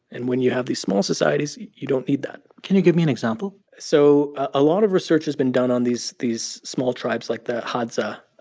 and when you have these small societies, you don't need that can you give me an example? so a lot of research has been done on these these small tribes like the hadza,